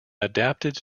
adapted